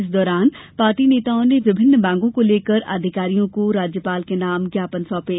इस दौरान पार्टी नेताओं ने विभिन्न मांगों को लेकर अधिकारियों को राज्यपाल के नाम ज्ञापन सौंपे